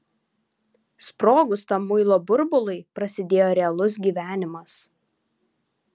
sprogus tam muilo burbului prasidėjo realus gyvenimas